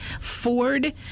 ford